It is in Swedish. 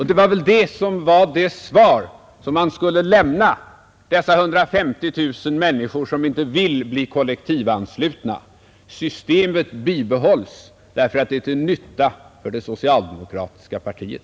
Det är väl det svar man skulle lämna dessa 150 000 människor som inte vill bli kollektivanslutna. Systemet bibehålls därför att det är till nytta för det socialdemokratiska partiet!